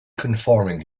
conforming